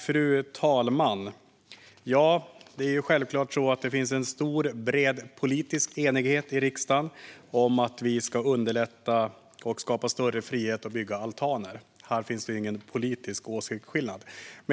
Fru talman! Självklart finns det en bred politisk enighet i riksdagen om att underlätta och skapa större frihet när det gäller att bygga altaner. Här finns ingen politisk åsiktsskillnad.